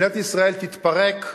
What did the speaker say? מדינת ישראל תתפרק,